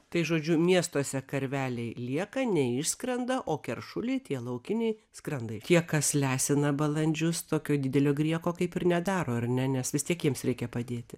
tai žodžiu miestuose karveliai lieka neišskrenda o keršuliai tie laukiniai skrenda tie kas lesina balandžius tokio didelio grieko kaip ir nedaro ar ne nes vis tiek jiems reikia padėti